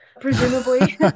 presumably